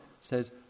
says